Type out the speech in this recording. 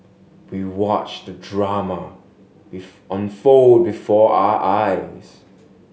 we watched the drama unfold before our eyes